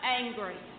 angry